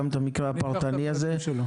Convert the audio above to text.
גם את המקרה הפרטני הזה,